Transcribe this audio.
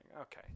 Okay